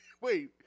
Wait